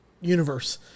universe